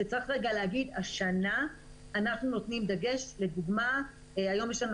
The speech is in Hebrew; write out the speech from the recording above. שצריך רגע להגיד שהשנה אנחנו נותנים דגש לדוגמה היום יש לנו